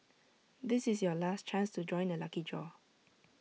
this is your last chance to join the lucky draw